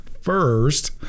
first